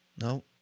No